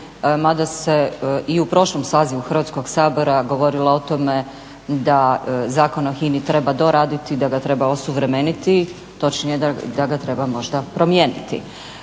mada se i u prošlom sazivu Hrvatskog sabora govorilo o tome da Zakon o HINA-i treba doraditi, da ga treba osuvremeniti, točnije da ga treba možda promijeniti.